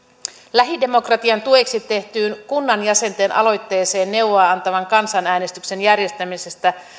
lähidemokratian tueksi tehtyyn kunnanjäsenten aloitteeseen neuvoa antavan kansanäänestyksen järjestämisestä